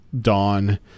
dawn